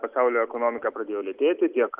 pasaulio ekonomika pradėjo lėtėti tiek